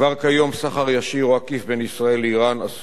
כבר כיום סחר ישיר או עקיף בין ישראל לאירן, אסור.